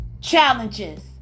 challenges